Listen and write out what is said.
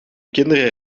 kinderen